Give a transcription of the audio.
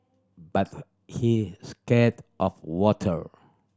but he scared of water